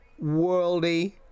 worldy